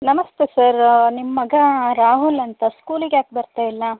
ನಮಸ್ತೆ ಸರ್ ನಿಮ್ಮ ಮಗ ರಾಹುಲ್ ಅಂತ ಸ್ಕೂಲಿಗೆ ಯಾಕೆ ಬರ್ತಾ ಇಲ್ಲ